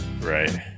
right